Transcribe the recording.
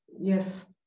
Yes